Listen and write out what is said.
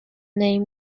این